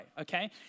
okay